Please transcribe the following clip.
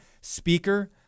speaker